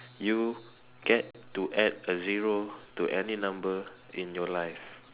you get to add a zero to any number in your life